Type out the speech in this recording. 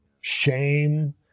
shame